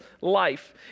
life